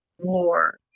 war